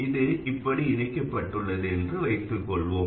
இது இப்படி இணைக்கப்பட்டுள்ளது என்று வைத்துக்கொள்வோம்